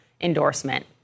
endorsement